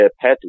pet